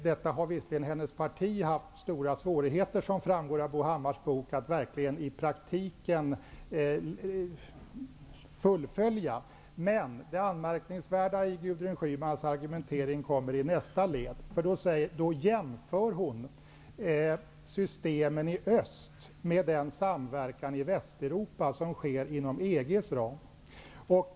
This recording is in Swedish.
Detta har visserligen hennes parti haft stora svårigheter, som framgår av Bo Hammars bok, att verkligen i praktiken fullfölja, men det anmärkningsvärda i Gudrun Schymans argumentering kommer i nästa led, där hon jämför systemen i öst med den samverkan i Västeuropa som sker inom EG:s ram.